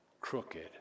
crooked